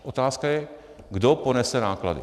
Otázka je, kdo ponese náklady.